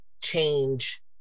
change